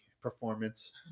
performance